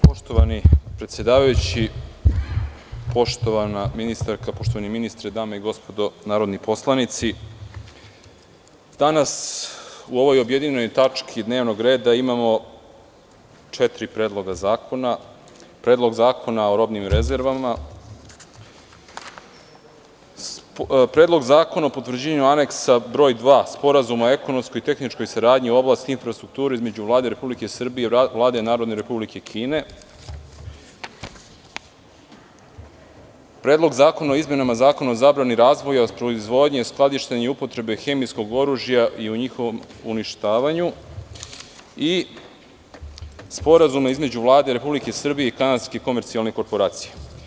Poštovani predsedavajući, poštovana ministarka, poštovani ministre, dame i gospodo narodni poslanici, danas u ovoj objedinjenoj tački dnevnog reda imamo četiri predloga zakona - Predlog zakona o robnim rezervama, Predlog zakona o potvrđivanju Aneksa broj 2. Sporazuma o ekonomskoj i tehničkoj saradnji u oblasti infrastrukture između Vlade Republike Srbije i Vlada Narodne Republike Kine, Predlog zakona o izmenama Zakona o zabrani razvoja proizvodnje, skladištenju i upotrebe hemijskog oružja i o njihovom uništavanju i Sporazum između Vlade Republike Srbije i Kanadske komercijalne korporacije.